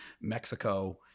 Mexico